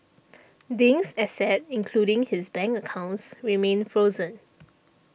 Ding's assets including his bank accounts remain frozen